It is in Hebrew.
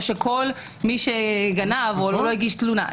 או כל מי שגנב או לא הגיש תלונה?